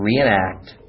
reenact